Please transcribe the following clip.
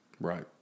Right